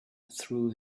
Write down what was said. threw